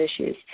issues